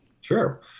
Sure